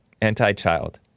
anti-child